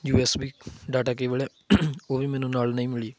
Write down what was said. you S B data cable ਹੈ ਉਹ ਵੀ ਮੈਨੂੰ ਨਾਲ ਨਹੀਂ ਮਿਲੀ